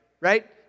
Right